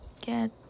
get